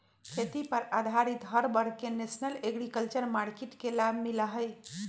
खेती पर आधारित हर वर्ग के नेशनल एग्रीकल्चर मार्किट के लाभ मिला हई